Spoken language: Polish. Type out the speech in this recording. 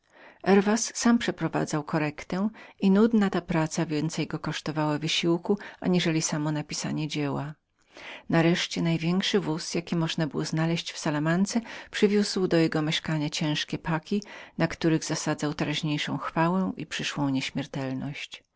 herwas sam trzymał korrektę i nudna ta praca więcej mu zabrała czasu aniżeli sam układ dzieła nareszcie największy wóz jaki można było znaleźć w salamance przywiózł do jego mieszkania ciężkie paki na których zasadzał teraźniejszą chwałę i przyszłą nieśmiertelność